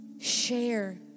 share